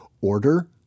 Order